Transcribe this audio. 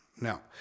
Now